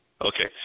okay